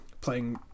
playing